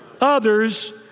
others